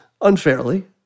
unfairly